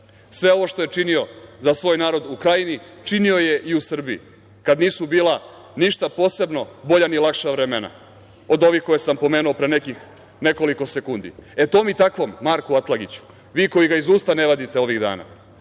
Sve ovo što je činio za svoj narod u Krajini činio je i u Srbiji kada nisu bila ništa posebno bolja ni lakša vremena od ovih koje sam pomenuo pre nekoliko sekundi. Tom i takvom Marku Atlagiću vi koji ga iz usta ne vadite ovih dana,